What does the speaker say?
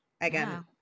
again